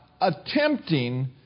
attempting